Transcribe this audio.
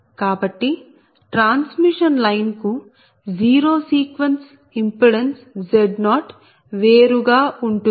కాబట్టి transmission line కు zero sequence impedance Z0 వేరుగా ఉంటుంది